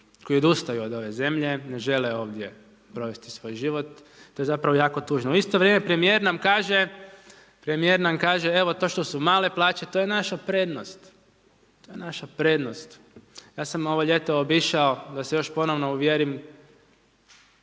koji odustaju od ove zemlje, ne žele ovdje provesti svoj život, to je zapravo isto tužno. Istovremeno premjer nam kaže, evo to što su male plaće, to je naša prednost. To je naša prednost. Ja sam ovo ljeto obišao, da se još ponovno uvjerim,